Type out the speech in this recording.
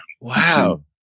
Wow